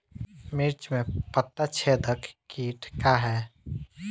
मिर्च में पता छेदक किट का है?